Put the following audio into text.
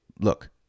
Look